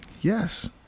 Yes